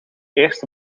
eerste